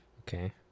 Okay